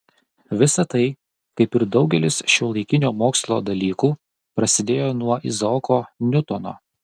visa tai kaip ir daugelis šiuolaikinio mokslo dalykų prasidėjo nuo izaoko niutono